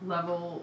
Level